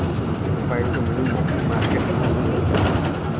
ರೂಪಾಯ್ಗು money market ಗು ಏನ್ ವ್ಯತ್ಯಾಸದ